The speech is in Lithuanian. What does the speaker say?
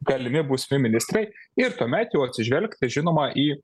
galimi būsimi ministrai ir tuomet jau atsižvelgti žinoma į